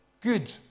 good